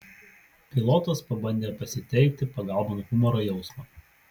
pilotas pabandė pasitelkti pagalbon humoro jausmą